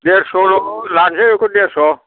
देरस'ल लानोसै देरस'